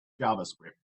javascript